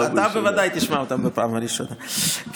בפעם הראשונה.